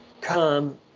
come